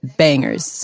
bangers